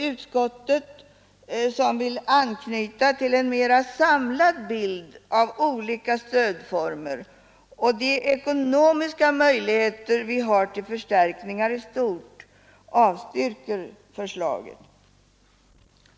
Utskottet, som vill anknyta till en mera samlad bild av olika stödformer och de ekonomiska möjligheter vi har till förstärkningar i stort, avstyrker förslaget.